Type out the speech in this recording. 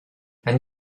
and